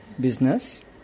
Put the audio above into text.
business